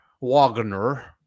Wagner